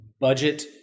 budget